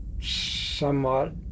somewhat